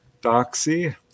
doxy